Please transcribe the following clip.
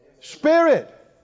Spirit